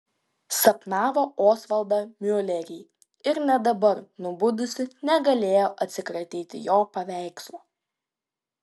sapnavo osvaldą miulerį ir net dabar nubudusi negalėjo atsikratyti jo paveikslo